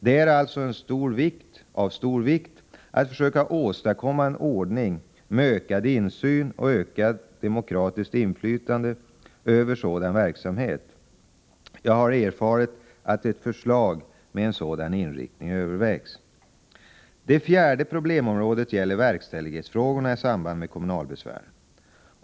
Det är alltså av stor vikt att försöka åstadkomma en ordning med ökad insyn och ökat demokratiskt inflytande över sådan verksamhet. Jag har erfarit att ett förslag med en sådan inriktning övervägs. Det fjärde problemområdet gäller verkställighetsfrågorna i samband med kommunalbesvär.